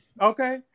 okay